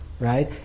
right